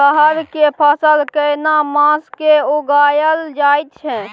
रहर के फसल केना मास में उगायल जायत छै?